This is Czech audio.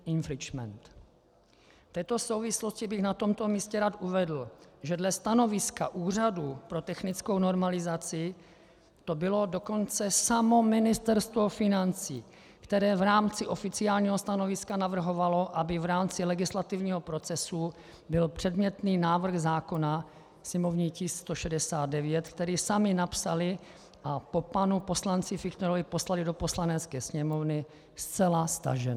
V této souvislosti bych na tomto místě rád uvedl, že dle stanoviska Úřadu pro technickou normalizaci to bylo dokonce samo Ministerstvo financí, které v rámci oficiálního stanoviska navrhovalo, aby v rámci legislativního procesu byl předmětný návrh zákona, sněmovní tisk 169, který sami napsali a po panu poslanci Fichtnerovi poslali do Poslanecké sněmovny, zcela stažen.